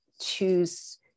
choose